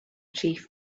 chief